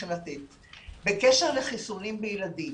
בקשר לחיסונים בילדים,